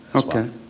okay,